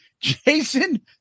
Jason